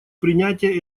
принятие